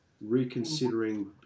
reconsidering